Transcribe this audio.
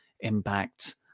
Impact